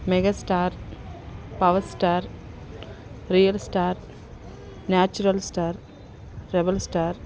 megastar power star real star natural star rebel star